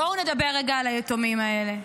בואו נדבר רגע על היתומים האלה: